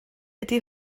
ydy